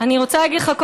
אני רוצה להגיד לך,